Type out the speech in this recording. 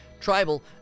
Tribal